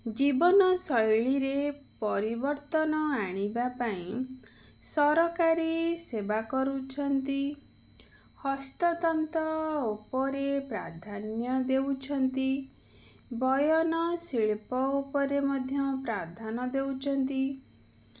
ଜୀବନ ଶୈଳୀରେ ପରିବର୍ତ୍ତନ ଆଣିବା ପାଇଁ ସରକାରୀ ସେବା କରୁଛନ୍ତି ହସ୍ତତନ୍ତ୍ର ଉପରେ ପ୍ରାଧାନ୍ୟ ଦେଉଛନ୍ତି ବୟନଶିଳ୍ପ ଉପରେ ମଧ୍ୟ ପ୍ରାଧାନ ଦେଉଛନ୍ତି